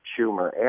Schumer